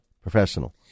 professional